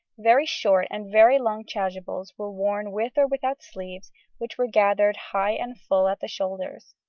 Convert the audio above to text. very short and very long chasubles were worn with or without sleeves which were gathered high and full at the shoulders.